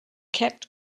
kept